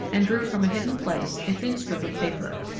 and drew from a hidden place a thin strip of paper.